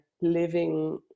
living